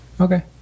Okay